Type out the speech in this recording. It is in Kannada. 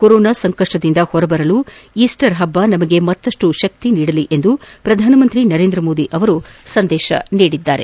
ಕೊರೊನಾ ಸಂಕಷ್ನದಿಂದ ಹೊರಬರಲು ಈಸ್ಸರ್ ಹಬ್ಲ ನಮಗೆ ಮತ್ತಪ್ಪು ಶಕ್ತಿ ನೀಡಲಿ ಎಂದು ಪ್ರಧಾನ ಮಂತ್ರಿ ನರೇಂದ್ರ ಮೋದಿ ಸಂದೇಶ ನೀಡಿದ್ದಾರೆ